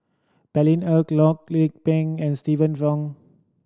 Paine Eric Loh Lik Peng and Stephanie Wong